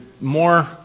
more